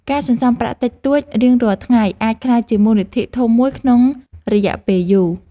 ការសន្សំប្រាក់តិចតួចរៀងរាល់ថ្ងៃអាចក្លាយជាមូលនិធិធំមួយក្នុងរយ:ពេលយូរ។